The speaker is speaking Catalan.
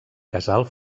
casal